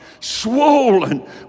swollen